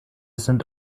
sind